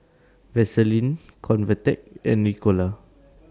Vaselin Convatec and Ricola